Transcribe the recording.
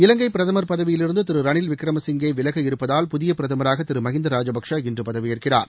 இலங்கை பிரதமர் பதவியிலிருந்து திரு ரனில் விக்ரமசிங்கே விலக இருப்பதால் புதிய பிரதமராக திரு மஹிந்த ராஜபக்சே இன்று பதவியேற்கிறார்